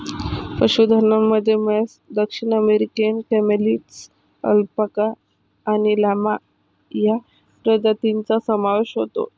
पशुधनामध्ये म्हैस, दक्षिण अमेरिकन कॅमेलिड्स, अल्पाका आणि लामा या प्रजातींचा समावेश होतो